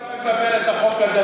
אם בג"ץ לא יקבל את החוק הזה,